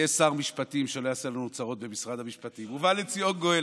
יהיה שר משפטים שלא יעשה לנו צרות במשרד המשפטים ובא לציון גואל.